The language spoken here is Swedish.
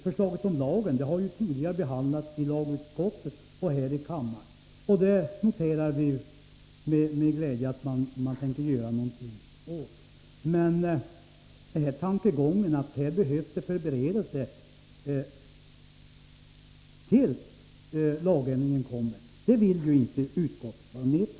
Förslaget om en lagändring har tidigare behandlats av lagutskottet och här i kammaren, och vi noterar med glädje att man tänker göra någonting på den punkten. Men tanken att det behövs förberedelser för att verksamheten skall kunna komma i gång så snart lagändringen genomförts vill inte utskottet ställa upp på.